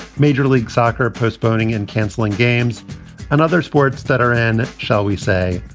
major league soccer postponing and canceling games and other sports that are in, shall we say,